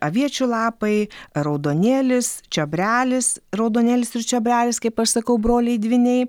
aviečių lapai raudonėlis čiobrelis raudonėlis ir čiobrelis kaip aš sakau broliai dvyniai